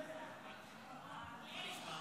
כן.